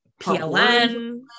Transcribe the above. PLN